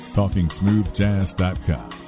talkingsmoothjazz.com